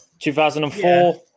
2004